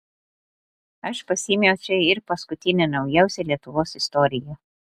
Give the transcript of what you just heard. aš pasiėmiau čia ir paskutinę naujausią lietuvos istoriją